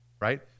Right